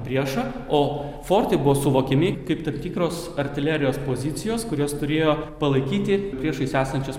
priešą o fortai buvo suvokiami kaip tam tikros artilerijos pozicijos kurias turėjo palaikyti priešais esančias